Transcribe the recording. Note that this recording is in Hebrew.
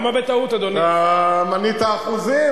אתה מנית אחוזים.